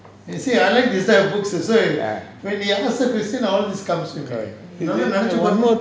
correct one more